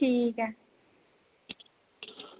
ठीक ऐ